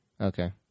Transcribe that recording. Okay